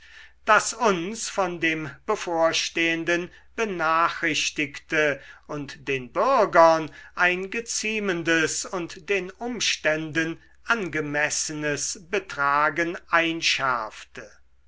das uns von dem bevorstehenden benachrichtigte und den bürgern ein geziemendes und den umständen angemessenes betragen